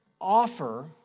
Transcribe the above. Offer